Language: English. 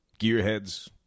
gearheads